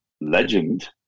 legend